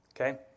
okay